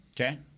Okay